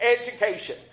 education